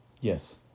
Yes